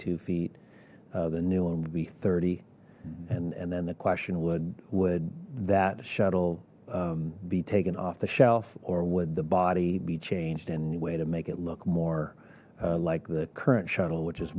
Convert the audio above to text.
two feet the new one would be thirty and and then the question would would that shuttle be taken off the shelf or would the body be changed and way to make it look more like the current shuttle which is